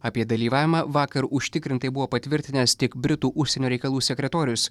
apie dalyvavimą vakar užtikrintai buvo patvirtinęs tik britų užsienio reikalų sekretorius